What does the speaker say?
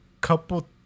couple –